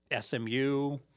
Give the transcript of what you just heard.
SMU